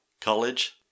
college